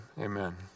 amen